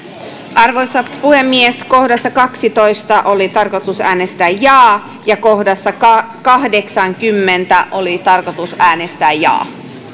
arvoisa puhemies kohdassa kaksitoista oli tarkoitus äänestää jaa ja kohdassa kahdeksankymmentä oli tarkoitus äänestää jaa